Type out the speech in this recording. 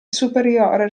superiore